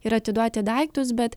ir atiduoti daiktus bet